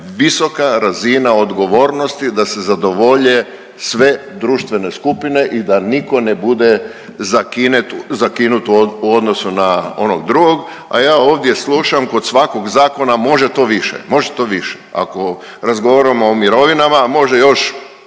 visoka razina odgovornosti da se zadovolje sve društvene skupine i da nitko ne bude zakinut u odnosu na onog drugog, a ja ovdje slušam kod svakog zakona može to više, može to više. Ako razgovaramo o mirovinama može još